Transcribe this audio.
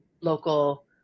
local